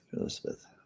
Elizabeth